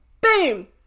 Boom